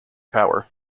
power